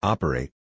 Operate